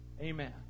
Amen